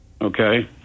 Okay